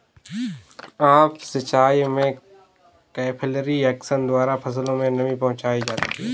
up सिचाई में capillary action द्वारा फसलों में नमी पहुंचाई जाती है